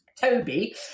Toby